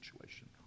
situation